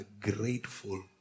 grateful